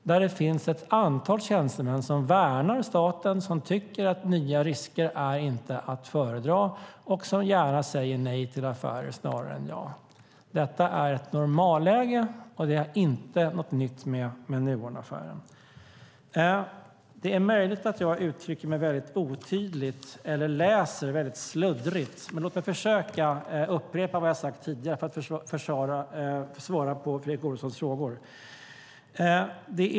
Det finns ett antal tjänstemän som värnar staten, som tycker att nya risker inte är att föredra och som gärna säger nej till affärer snarare än ja. Det är ett normalläge, och det är inte något nytt som har kommit med Nuonaffären. Det är möjligt att jag uttrycker mig mycket otydligt eller läser väldigt sluddrigt, men låt mig försöka upprepa vad jag har sagt tidigare för att svara på Fredrik Olovssons frågor.